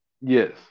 Yes